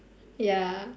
ya